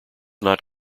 not